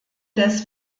des